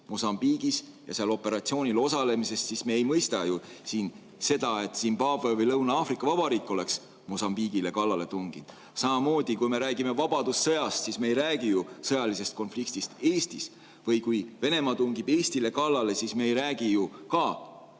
Mosambiigis ja seal operatsioonil osalemisest, siis me ei mõista ju seda nii, et Zimbabwe või Lõuna-Aafrika Vabariik oleks Mosambiigile kallale tunginud. Samamoodi, kui me räägime vabadussõjast, siis me ei räägi ju sõjalisest konfliktist Eestis, või kui Venemaa tungib Eestile kallale, ka siis me ei räägi ju